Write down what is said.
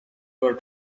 were